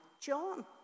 John